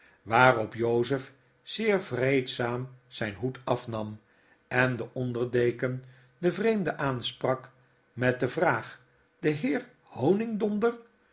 waarop jozef zeer vreedzaam zyn hoed afnam en de onder deken den vreemde aansprak met de vraag de heer